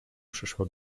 przeszła